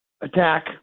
attack